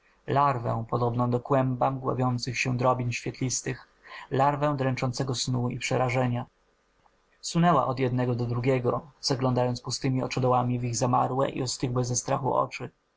larwę podobną do kłęba mgławiących się drobin świetlistych larwę dręczącego snu i przerażenia sunęła od jednego do drugiego zaglądając pustemi oczodołami w ich zamarłe i ostygłe ze strachu oczy